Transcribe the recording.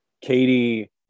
Katie